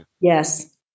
Yes